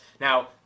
Now